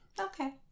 okay